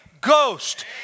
Ghost